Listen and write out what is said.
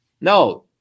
No